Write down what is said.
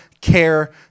care